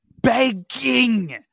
begging